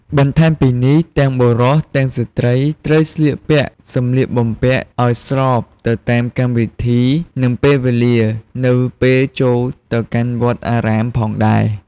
បន្ថែមពីនេះទាំងបុរសទាំងស្រ្តីត្រូវស្លៀកពាក់សម្លៀកបំពាក់ឲ្យស្របទៅតាមកម្មវិធីនិងពេលវេលានៅពេលចូលទៅកាន់វត្តអារាមផងដែរ។